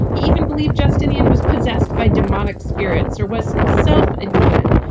he even believed justinian was possessed by demonic spirits, or was himself a demon,